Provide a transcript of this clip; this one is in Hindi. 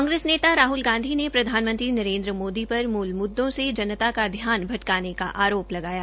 कांग्रेस नेता राहल गांधी ने प्रधानमंत्री नरेन्द्र मोदी पर मूल मुद्दों से जनता का ध्यान भटकाने का आरोप लगाया